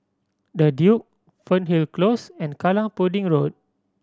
The Duke Fernhill Close and Kallang Pudding Road